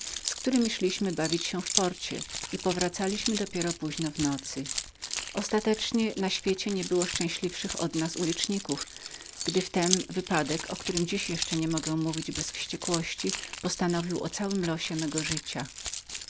z któremi szliśmy bawić się w porcie i powracaliśmy dopiero późno w nocy ostatecznie na świecie nie było szczęśliwszych od nas uliczników gdy wtem wypadek o którym dziś jeszcze nie mogę mówić bez wściekłości postanowił o całym losie mego życia